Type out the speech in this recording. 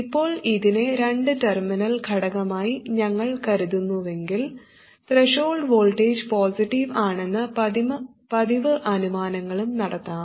ഇപ്പോൾ ഇതിനെ രണ്ട് ടെർമിനൽ ഘടകമായി ഞങ്ങൾ കരുതുന്നുവെങ്കിൽ ത്രെഷോൾഡ് വോൾട്ടേജ് പോസിറ്റീവ് ആണെന്ന പതിവ് അനുമാനങ്ങളും നടത്താം